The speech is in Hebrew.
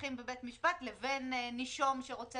שמתווכחים בבית משפט לבין נישום שרוצה